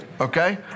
okay